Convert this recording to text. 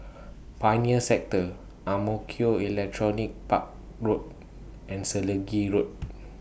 Pioneer Sector Ang Mo Kio Electronics Park Road and Selegie Road